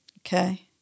Okay